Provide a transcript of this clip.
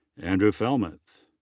andrew fellmeth.